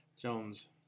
Jones